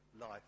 life